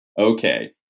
Okay